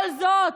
כל זאת,